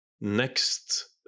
next